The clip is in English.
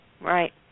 Right